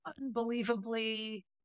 unbelievably